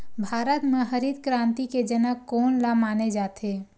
भारत मा हरित क्रांति के जनक कोन ला माने जाथे?